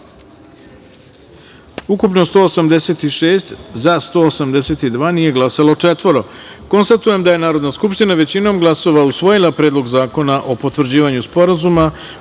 ukupno – 186, za – 182, nije glasalo – četvoro. Konstatujem da je Narodna skupština, većinom glasova, usvojila Predlog zakona o potvrđivanju Sporazuma